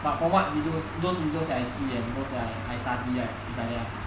but from what videos those videos that I see and those that I study right is like that lah